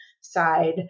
side